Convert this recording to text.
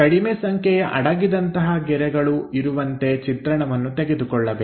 ಕಡಿಮೆ ಸಂಖ್ಯೆಯ ಅಡಗಿದಂತಹ ಗೆರೆಗಳು ಇರುವಂತೆ ಚಿತ್ರಣವನ್ನು ತೆಗೆದುಕೊಳ್ಳಬೇಕು